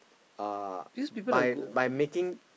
uh by by making